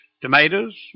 tomatoes